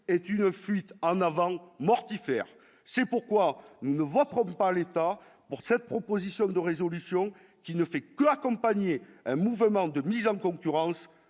et tu fuite en avant mortifère, c'est pourquoi nous ne voterons pas l'État pour cette proposition de résolution qui ne fait que accompagner un mouvement de mise en concurrence